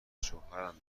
شوهرم